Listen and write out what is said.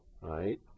right